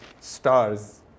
stars